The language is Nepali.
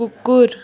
कुकुर